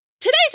Today's